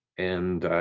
and